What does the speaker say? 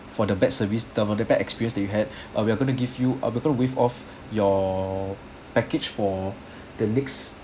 for the bad service the for the bad experience that you had uh we are going to give you we going to waive off your package for the next